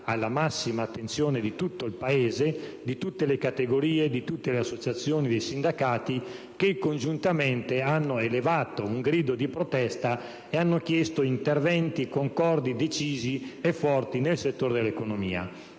la massima attenzione di tutto il Paese, di tutte le categorie, di tutte le associazioni e sindacati che congiuntamente hanno elevato un grido di protesta e hanno chiesto interventi concordi, decisi e forti nel settore dell'economia.